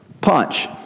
punch